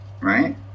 right